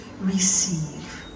receive